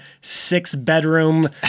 six-bedroom